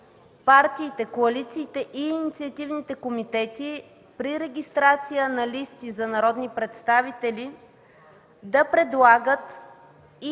партиите, коалициите и инициативните комитети при регистрация на листи за народни представители да предлагат и